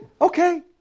okay